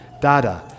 dada